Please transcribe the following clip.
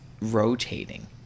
rotating